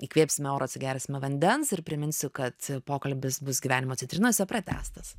įkvėpsime oro atsigersime vandens ir priminsiu kad pokalbis bus gyvenimo citrinose pratęstas